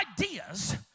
ideas